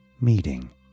meeting